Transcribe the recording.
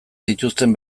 dituzten